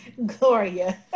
Gloria